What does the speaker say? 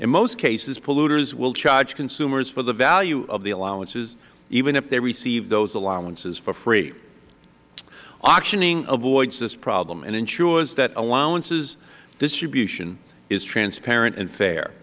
in most cases polluters will charge consumers for the value of the allowances even if they receive those allowances for free auctioning avoids this problem and ensures that allowances distribution is transparent and fair